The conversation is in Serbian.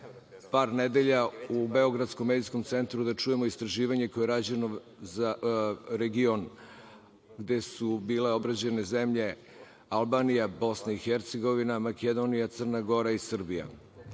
par nedelja u Beogradskom medijskom centru da čujemo istraživanje koje je rađeno za region, gde su bile obrađene zemlje Albanija, BiH, Makedonija, Crna Gora i Srbija.